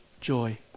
joy